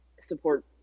support